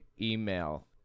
email